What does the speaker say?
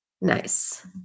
Nice